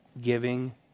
giving